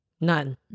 None